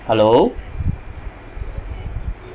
hello